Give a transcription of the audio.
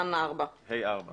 פר נסיבות.